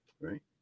right